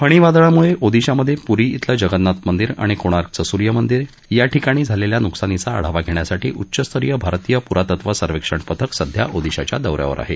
फणी वादळामुळे ओदिशामध्ये पुरी इथल जगन्नाथ मदिरे आणि कोणार्कच ऱ्यूयमदिरे याठिकाणी झालेल्या नुकसानीचा आढावा घेण्यासाठी उच्चस्तरीय भारतीय पुरातत्व सर्वेक्षण पथक सध्या ओदिशाच्या दौऱ्यावर आहे